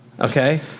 okay